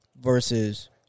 versus